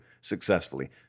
successfully